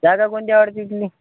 जागा कोणती आवडती तुला